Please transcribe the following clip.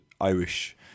Irish